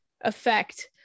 affect